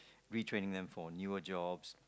retraining them for newer jobs